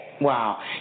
Wow